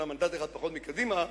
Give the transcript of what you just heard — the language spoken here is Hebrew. אומנם מנדט אחד פחות מקדימה,